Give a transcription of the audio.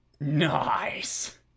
Nice